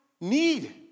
need